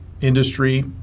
industry